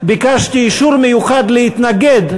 ביקשתי אישור מיוחד להתנגד,